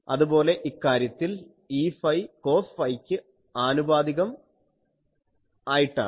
അതുപോലെ ഇക്കാര്യത്തിൽ Eφ cos phi യ്ക്ക് ആനുപാതികം ആയിട്ടാണ്